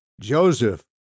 Joseph